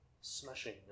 smashing